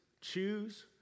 choose